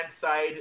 side